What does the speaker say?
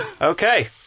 Okay